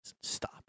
stop